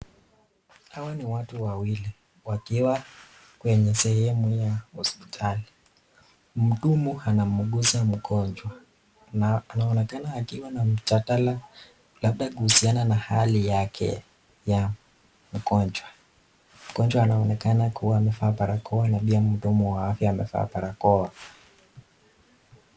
Hawa ni watu wawili wakiwa kwenye sehemu ya hospitali. Mhudumu anamguza mgonjwa na anaonekana akiwa na mjandala labda kuhusiana na hali yake ya mgonjwa. Mgonjwa anaonekana kuwa amevaa barakoa na pia mhudumu wa afya amevaa barakoa.